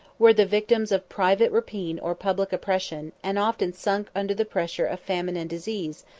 were the victims of private rapine or public oppression, and often sunk under the pressure of famine and disease,